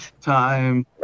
time